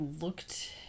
looked